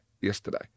yesterday